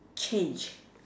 change